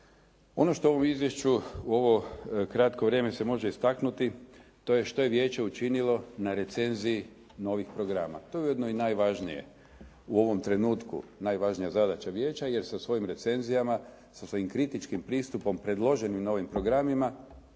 Ono što u izvješću u ovo kratko vrijeme se može istaknuti to je što je Vijeće učinilo na recenziji novih programa. To je ujedno i najvažnije u ovom trenutku. Najvažnija zadaća Vijeća je sa svojim recenzijama, sa svojim kritičkim pristupom predloženim na ovim programima